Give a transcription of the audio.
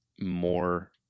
more